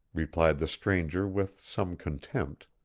replied the stranger, with some contempt.